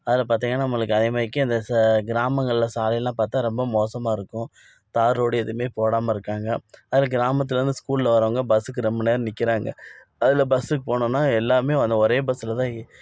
அதில் பார்த்தீங்கன்னா நம்மளுக்கு அதே மாரிக்கு அந்த சா கிராமங்களில் சாலையெலாம் பார்த்தா ரொம்ப மோசமாக இருக்கும் தார் ரோடு எதுவுமே போடாமல் இருக்காங்க அதில் கிராமத்திலேருந்து ஸ்கூலில் வரவங்க பஸ்ஸுக்கு ரொம்ப நேரம் நிற்கிறாங்க அதில் பஸ்ஸுக்கு போகணுன்னா எல்லாமே அந்த ஒரே பஸ்ஸில் தான் ஏ